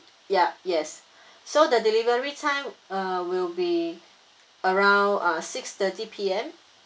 yup yes so the delivery time uh will be around uh six thirty P_M